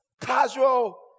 casual